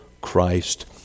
Christ